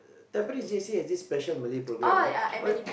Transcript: Tampines J_C has this special Malay programme right what